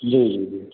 जी जी जी